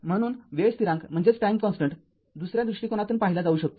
म्हणून वेळ स्थिरांक दुसऱ्या दृष्टीकोनातून पाहिला जाऊ शकतो